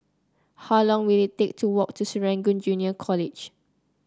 how long will it take to walk to Serangoon Junior College